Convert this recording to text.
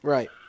Right